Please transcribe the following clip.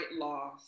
loss